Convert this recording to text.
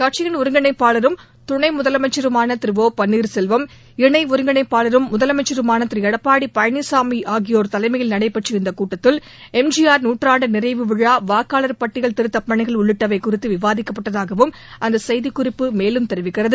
கட்சியின் ஒருங்கிணைப்பாளரும் துணை முதலமைச்சருமான திரு ஓ பன்னீர்செல்வம் இணை ஒருங்கிணைப்பாளரும் முதலமைச்சருமான திரு எடப்பாடி பழனிசாமி ஆகியோர் தலைமையில் நடைபெற்ற இந்தக் கூட்டத்தில் எம் ஜி ஆர் நூற்றாண்டு நிறைவு விழா வாக்காளர் பட்டியல் திருத்தப்பணிகள் உள்ளிட்டவை குறித்து விவாதிக்கப்பட்டதாகவும் அந்த செய்திக்குறிப்பு மேலும் தெரிவிக்கிறது